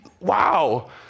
wow